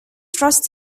trust